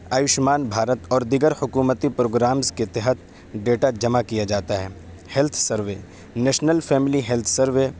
آیوشمان بھارت اور دیگر حکومتی پروگرامس کے تحت ڈیٹا جمع کیا جاتا ہے health survey national family health survey